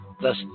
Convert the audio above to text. thus